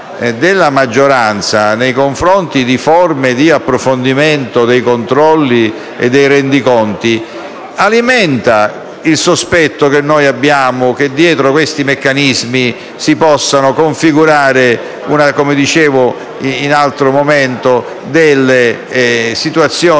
della maggioranza nei confronti di forme di approfondimento dei controlli e dei rendiconti alimenta il sospetto, che noi abbiamo, che dietro questi meccanismi si possano configurare - come ho detto in altro momento - situazioni